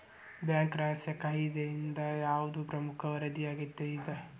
Bank ರಹಸ್ಯ ಕಾಯಿದೆಯಿಂದ ಯಾವ್ದ್ ಪ್ರಮುಖ ವರದಿ ಅಗತ್ಯ ಅದ?